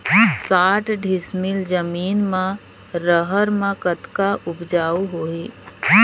साठ डिसमिल जमीन म रहर म कतका उपजाऊ होही?